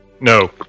No